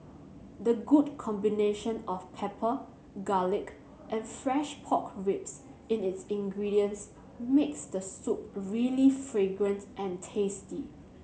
the good combination of pepper garlic and fresh pork ribs in its ingredients makes the soup really fragrant and tasty